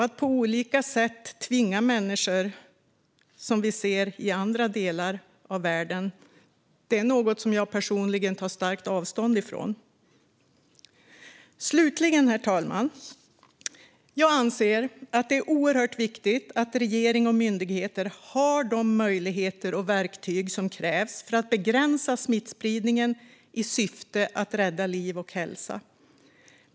Att på olika sätt tvinga människor, så som vi ser i andra delar av världen, är något som jag personligen tar starkt avstånd från. Slutligen, herr talman, anser jag att det är oerhört viktigt att regering och myndigheter har de möjligheter och verktyg som krävs för att begränsa smittspridningen i syfte att rädda liv och hälsa.